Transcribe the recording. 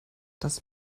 das